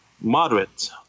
moderate